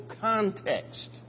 context